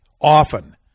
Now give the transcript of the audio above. often